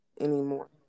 anymore